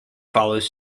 follows